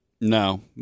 No